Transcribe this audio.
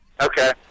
Okay